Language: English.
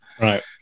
Right